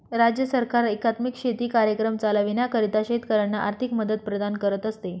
राज्य सरकार एकात्मिक शेती कार्यक्रम चालविण्याकरिता शेतकऱ्यांना आर्थिक मदत प्रदान करत असते